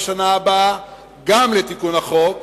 גם בשנה הבאה לתיקון החוק,